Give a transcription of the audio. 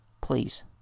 please